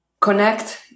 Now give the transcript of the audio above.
connect